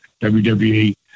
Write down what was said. WWE